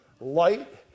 light